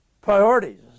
Priorities